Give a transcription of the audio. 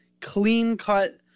clean-cut